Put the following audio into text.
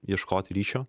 ieškot ryšio